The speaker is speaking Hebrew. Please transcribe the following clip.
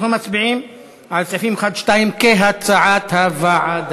אנחנו מצביעים על סעיפים 1 ו-2 כהצעת הוועדה.